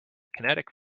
kinetic